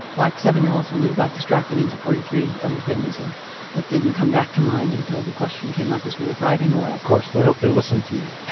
like seven year olds will do got distracted into forty three other things and it didn't come back to mind until the question came up as we were driving away. of course, but i hope they listened to.